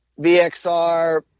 vxr